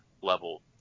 level